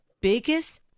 biggest